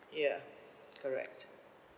ya correct